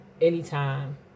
anytime